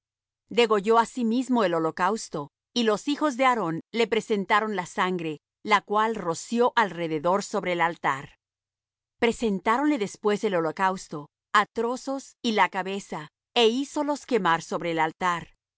degolló asimismo el holocausto y los hijos de aarón le presentaron la sangre la cual roció él alrededor sobre el altar presentáronle después el holocausto á trozos y la cabeza é hízolos quemar sobre el altar